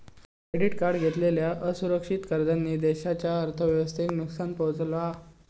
credit card घेतलेल्या असुरक्षित कर्जांनी देशाच्या अर्थव्यवस्थेक नुकसान पोहचवला हा